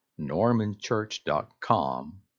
normanchurch.com